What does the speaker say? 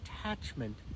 attachment